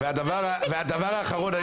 ודבר אחרון,